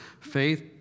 Faith